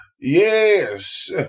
Yes